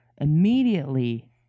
immediately